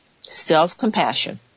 self-compassion